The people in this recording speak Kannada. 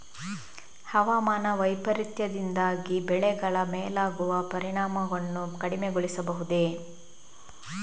ಹವಾಮಾನ ವೈಪರೀತ್ಯದಿಂದಾಗಿ ಬೆಳೆಗಳ ಮೇಲಾಗುವ ಪರಿಣಾಮವನ್ನು ಕಡಿಮೆಗೊಳಿಸಬಹುದೇ?